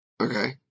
Okay